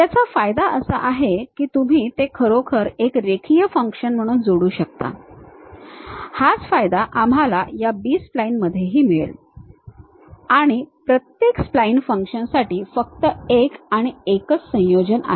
याचा फायदा असा आहे की तुम्ही ते खरोखर एक रेखीय फंक्शन म्हणून जोडू शकता हाच फायदा आम्हाला या बी स्प्लाइनमधेही मिळेल आणि प्रत्येक स्प्लाइन फंक्शनसाठी फक्त एक आणि एकच संयोजन आहे